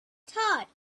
thoughts